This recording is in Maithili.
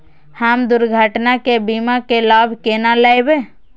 हम दुर्घटना के बीमा के लाभ केना लैब?